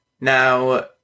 Now